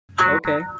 Okay